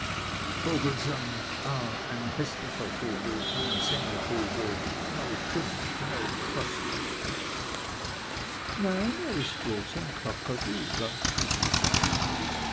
vogelsang ah ein häßlicher vogel kein singevogel no finch no trussel nein er ist bloß ein kakadu ganz wie sie sagen